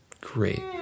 great